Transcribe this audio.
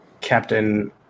Captain